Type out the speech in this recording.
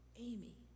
Amy